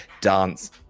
dance